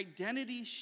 identity